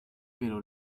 pero